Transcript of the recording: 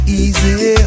easy